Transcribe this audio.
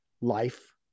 LIFE